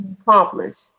accomplished